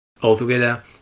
Altogether